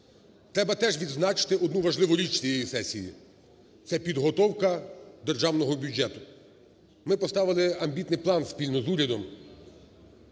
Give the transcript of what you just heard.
Треба теж відзначити одну важливу річ цієї сесії – це підготовка державного бюджету . Ми поставили амбітний план спільно з урядом.